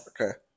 Okay